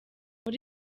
muri